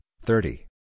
thirty